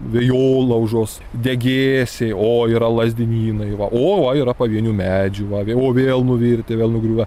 vėjolaužos degėsiai o yra lazdynynai va o va yra pavienių medžių va vėl o vėl nuvirtę vėl nugriuvę